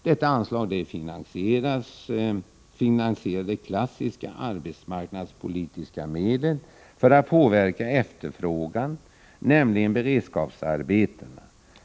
Detta anslag finansierar det klassiska arbetsmarknadspolitiska medlet för att påverka efterfrågan, nämligen beredskapsarbetena.